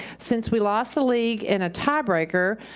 since we lost the league in a tiebreaker,